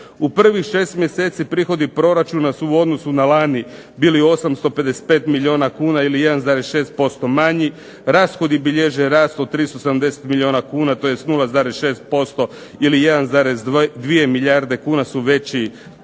U prvih 6 mjeseci prihodi proračuna su u odnosu na lani bili 855 milijuna kuna ili 1,6% manji, rashodi bilježe rast od 370 milijuna kuna tj. 0,6% ili 1,2 milijarde kuna su veći